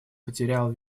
потерял